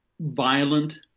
violent